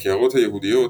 בקערות היהודיות,